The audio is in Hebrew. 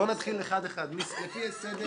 בואו נתחיל אחד-אחד, לפי סדר